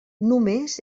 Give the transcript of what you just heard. només